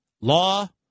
law